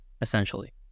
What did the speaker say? essentially